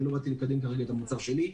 לא באתי כרגע לקדם את המוצר שלי,